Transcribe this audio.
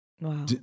Wow